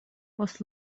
post